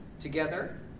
Together